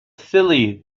silly